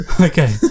Okay